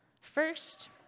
First